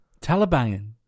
Taliban